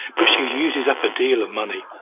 but she uses up a deal of money.